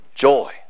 Joy